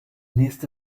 nächste